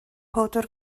powdr